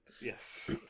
Yes